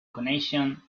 connection